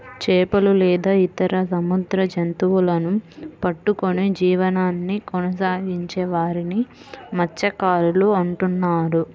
చేపలు లేదా ఇతర సముద్ర జంతువులను పట్టుకొని జీవనాన్ని కొనసాగించే వారిని మత్య్సకారులు అంటున్నారు